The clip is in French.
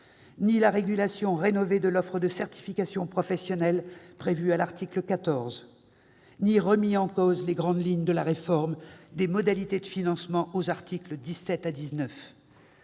ni la régulation rénovée de l'offre de certification professionnelle prévue par l'article 14, pas plus que nous n'avons remis en cause les grandes lignes de la réforme des modalités de financement aux articles 17 à 19.